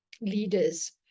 leaders